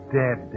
dead